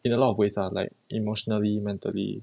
in a lot of ways ah like emotionally mentally